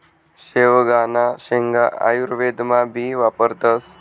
शेवगांना शेंगा आयुर्वेदमा भी वापरतस